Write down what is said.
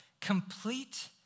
Complete